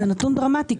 זה נתון דרמטי.